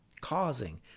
causing